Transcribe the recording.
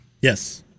Yes